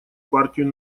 партию